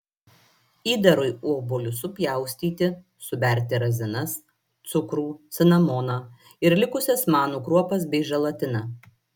įdarui obuolius supjaustyti suberti razinas cukrų cinamoną ir likusias manų kruopas bei želatiną